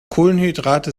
kohlenhydrate